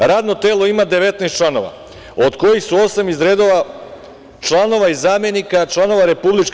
Radno telo ima 19 članova, od kojih su osam iz redova članova i zamenika članova RIK.